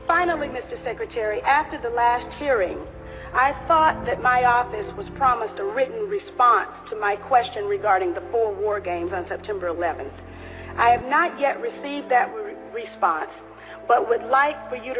finally mr secretary after the last hearing i thought that my office was promised a written response to my question regarding the war games on september eleventh i have not yet received that response but would like for you